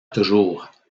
toujours